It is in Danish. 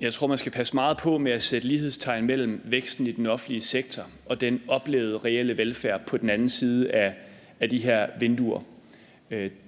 Jeg tror, man skal passe meget på med at sætte lighedstegn mellem væksten i den offentlige sektor og den oplevede reelle velfærd på den anden side af de her vinduer.